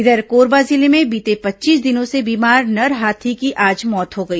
इधर कोरबा जिले में बीते पच्चीस दिनों से बीमार नर हाथी की आज मौत हो गई